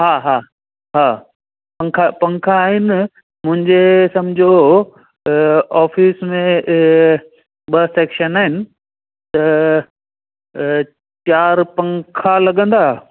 हा हा हा पंखा पंखा आहिनि मुंहिंजे सम्झो ऑफ़िस में ॿ सेक्शन आहिनि त चारि पंखा लॻंदा